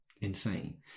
insane